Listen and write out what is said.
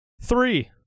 Three